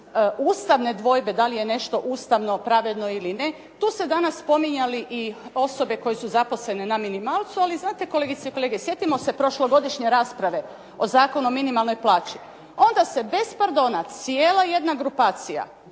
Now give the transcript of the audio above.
ustavne dvojbe da li je nešto ustavno, pravedno ili ne. Tu ste danas spominjali i osobe koje su zaposlene na minimalcu. Ali znate kolegice i kolege. Sjetimo se prošlogodišnje rasprave o Zakonu o minimalnoj plaći. Onda se bez pardona cijela jedna grupacija